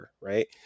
right